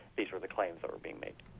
these were the claims that were being made.